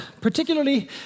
particularly